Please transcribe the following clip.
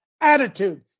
attitude